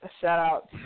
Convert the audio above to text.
Shout-out